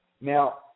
Now